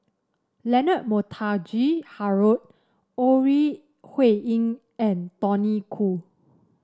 Leonard Montague Harrod Ore Huiying and Tony Khoo